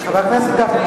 מה שהוא מציע,